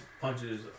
punches